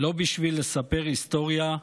לא בשביל לספר היסטוריה,